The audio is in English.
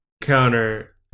Counter